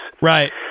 Right